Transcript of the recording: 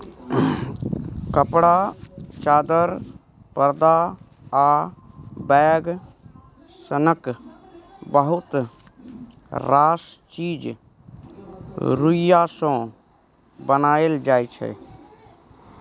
कपड़ा, चादर, परदा आ बैग सनक बहुत रास चीज रुइया सँ बनाएल जाइ छै